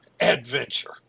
adventure